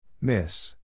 Miss